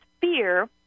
fear